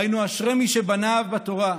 היינו אשרי מי שבניו בתורה,